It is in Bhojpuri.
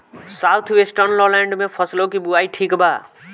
साउथ वेस्टर्न लोलैंड में फसलों की बुवाई ठीक बा?